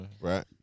right